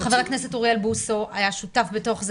חבר הכנסת אוריאל בוסו היה שותף בתוך זה